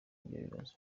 bibazo